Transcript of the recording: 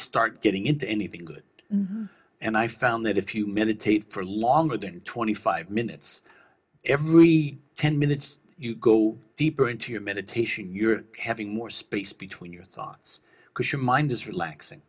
start getting into anything good and i found that if you meditate for longer than twenty five minutes every ten minutes you go deeper into your meditation you're having more space between your thoughts because your mind is relaxing